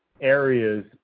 areas